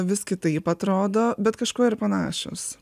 vis kitaip atrodo bet kažkuo ir panašios